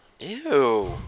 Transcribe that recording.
Ew